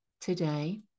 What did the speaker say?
today